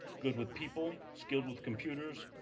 good with people, skilled with computers,